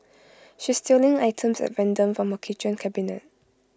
she's stealing items at random from her kitchen cabinet